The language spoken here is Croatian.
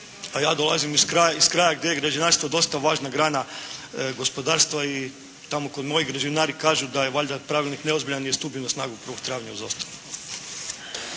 a ja dolazim iz kraja gdje je građevinarstvo dosta važna grana gospodarstva, i tamo kad moji građevinari kažu da je valjda pravilnik neozbiljan …/Govornik se ne razumije./… stupio